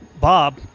Bob